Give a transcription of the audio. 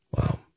Wow